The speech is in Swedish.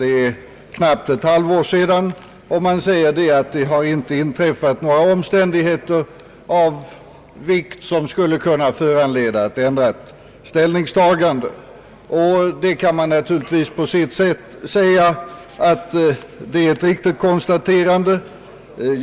Det är knappt ett halvår sedan, och utskottet förklarar att det inte har inträffat några omständigheter av vikt som skulle kunna föranleda ett ändrat ställningstagande. Man kan naturligtvis säga att det på sätt och vis är ett riktigt konstaterande.